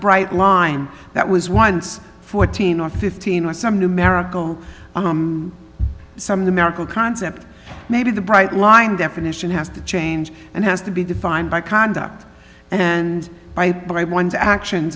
bright line that was once fourteen or fifteen or some numerical some of the miracle concept maybe the bright line definition has to change and has to be defined by conduct and by one's actions